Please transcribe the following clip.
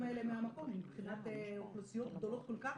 האלה מהמקום מבחינת אוכלוסיות גדולות כל כך